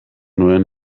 nuen